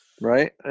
Right